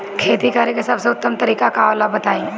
खेती करे के सबसे उत्तम तरीका का होला बताई?